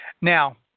Now